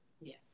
yes